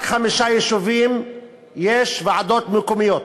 רק בחמישה יישובים יש ועדות מקומיות.